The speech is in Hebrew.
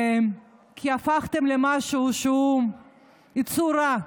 הפכתם למשהו שהוא יצור רע,